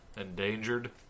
endangered